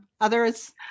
others